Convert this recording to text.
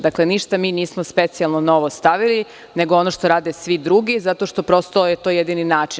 Dakle, ništa mi nismo specijalno novo stavili, nego ono što rade svi drugi, zato što je to jedini način.